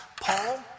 Paul